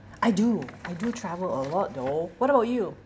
I do I do travel a lot though what about you